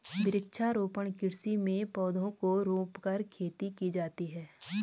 वृक्षारोपण कृषि में पौधों को रोंपकर खेती की जाती है